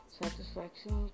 satisfaction